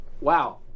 Wow